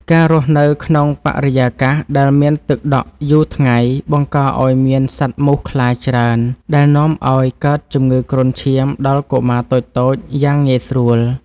ការរស់នៅក្នុងបរិយាកាសដែលមានទឹកដក់យូរថ្ងៃ បង្កឱ្យមានសត្វមូសខ្លាច្រើន ដែលនាំឱ្យកើតជំងឺគ្រុនឈាមដល់កុមារតូចៗយ៉ាងងាយស្រួល។